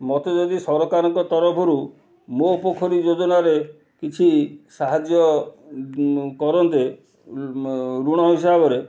ମୋତେ ଯଦି ସରକାରଙ୍କ ତରଫରୁ ମୋ ପୋଖରୀ ଯୋଜନାରେ କିଛି ସାହାଯ୍ୟ କରନ୍ତେ ଋଣ ହିସାବରେ